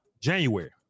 January